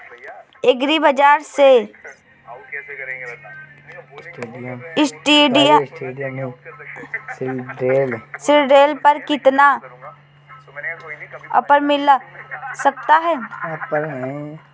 Agree बाजार से seed drill पर कितना ऑफर मिल सकता है?